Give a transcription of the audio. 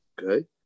Okay